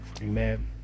amen